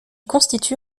constitue